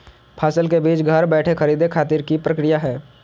फसल के बीज घर बैठे खरीदे खातिर की प्रक्रिया हय?